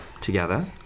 together